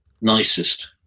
nicest